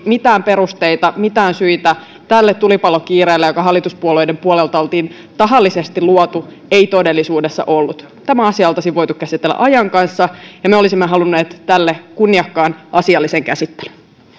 mitään perusteita mitään syitä tälle tulipalokiireelle joka hallituspuolueiden puolelta oltiin tahallisesti luotu ei todellisuudessa ollut tämä asia olisi voitu käsitellä ajan kanssa ja me olisimme halunneet tälle kunniakkaan asiallisen käsittelyn